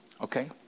okay